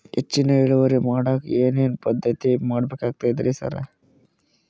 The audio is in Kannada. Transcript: ಹೆಚ್ಚಿನ್ ಇಳುವರಿ ಮಾಡೋಕ್ ಏನ್ ಏನ್ ಪದ್ಧತಿ ಮಾಡಬೇಕಾಗ್ತದ್ರಿ ಸರ್?